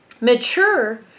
Mature